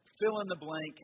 fill-in-the-blank